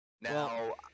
Now